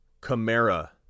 Camara